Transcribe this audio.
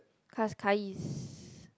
Cascais